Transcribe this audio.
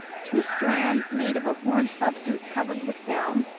two strands, made of a horn substance covered with down,